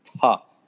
tough